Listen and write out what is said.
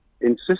insist